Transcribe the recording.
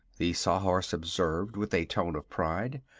the sawhorse observed, with a tone of pride.